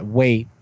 wait